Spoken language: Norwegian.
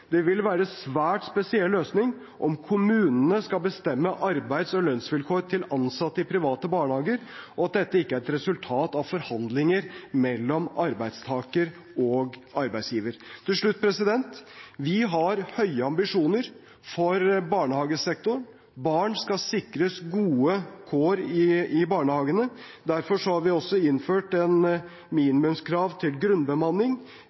Det vil være en svært spesiell løsning om kommunene skal bestemme arbeids- og lønnsvilkår til ansatte i private barnehager, og at dette ikke er et resultat av forhandlinger mellom arbeidstaker og arbeidsgiver. Til slutt: Vi har høye ambisjoner for barnehagesektoren. Barn skal sikres gode kår i barnehagene. Derfor har vi også innført et minimumskrav til grunnbemanning